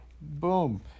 Boom